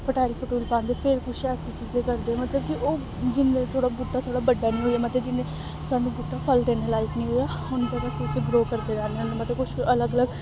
fertile fertile पांदे फिर कुछ ऐसी चीज़ां करदे मतलब कि ओह् जेल्लै थोह्ड़ा बूह्टा थोह्ड़ा बड्डा निं होऐ मतलब जेल्लै सानूं बूह्टा फल देने लाईक निं होएआ उं'दे बी उसी ग्रो करदे रैह्न्ने होन्ने मतलब कुछ अलग अलग